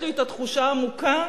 יש לי תחושה עמוקה